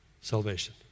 salvation